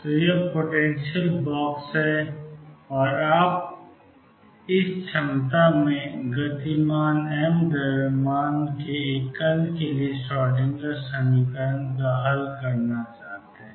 तो यह potential box है और आप इस क्षमता में गतिमान m द्रव्यमान के एक कण के लिए श्रोडिंगर समीकरण को हल करना चाहते हैं